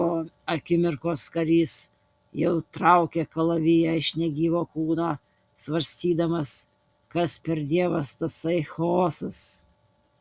po akimirkos karys jau traukė kalaviją iš negyvo kūno svarstydamas kas per dievas tasai chaosas